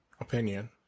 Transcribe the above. opinion